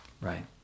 right